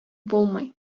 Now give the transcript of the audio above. булмый